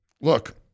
look